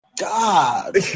God